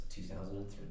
2003